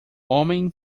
homem